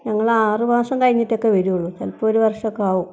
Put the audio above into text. ഞങ്ങളാറ് മാസം കഴിഞ്ഞിട്ടൊക്കെയേ വരികയുള്ളൂ ചിലപ്പോൾ ഒരു വർഷമൊക്കെ ആകും